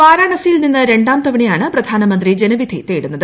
വാരാണസിയിൽ നിന്ന് രണ്ടാം തവണയാണ് പ്രധാനമന്ത്രി ജനവിധി തേടുന്നത്